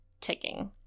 ticking